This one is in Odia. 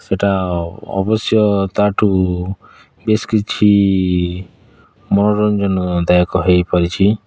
ସେଟା ଅବଶ୍ୟ ତାଠୁ ବେଶ୍ କିଛି ମନୋରଞ୍ଜନ ଦାୟକ ହୋଇପାରିଛି